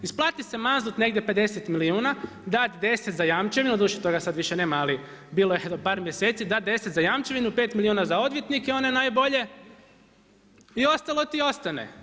Isplati se maznut negdje 50 milijuna, dati 10 za jamčevinu, doduše toga sad više nema ali bilo je prije par mjeseci, dati 10 za jamčevinu, 5 milijuna za odvjetnike one najbolje i ostalo ti ostane.